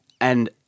and-